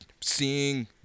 seeing